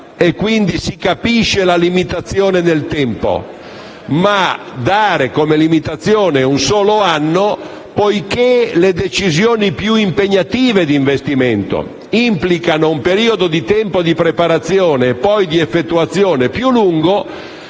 e, quindi, si capisce la limitazione nel tempo. Dare, però, come limitazione un solo anno, poiché le decisioni più impegnative d'investimento implicano un periodo di tempo e di preparazione e poi di effettuazione più lungo,